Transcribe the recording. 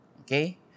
okay